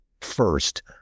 first